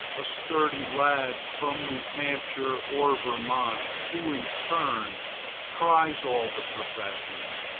a sturdy lad from new hampshire or vermont, who in turn tries all the professions,